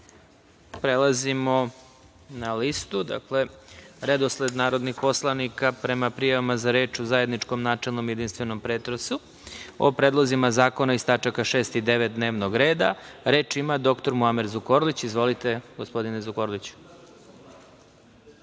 na listu, redosled narodnih poslanika prema prijavama za reč u zajedničkom načelnom i jedinstvenom pretresu o predlozima zakona iz tačaka 6. i 9. dnevnog reda. Reč ima dr Muamer Zukorlić. Izvolite, gospodine Zukorliću.